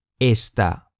esta